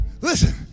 Listen